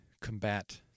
combat